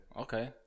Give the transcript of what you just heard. Okay